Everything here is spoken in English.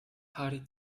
hardy